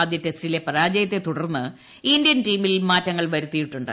ആദ്യ ടെസ്റ്റിലെ പരാജയത്തെ തുടർന്ന് ഇന്ത്യൻ ടീമിൽ മാറ്റങ്ങൾ വരുത്തിയിട്ടുണ്ട്